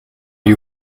you